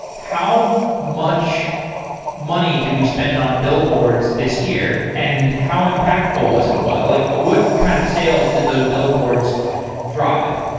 how much money did we spend on billboards this year and how impactful was it? what like what kind of sales did those billboards drive?